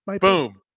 Boom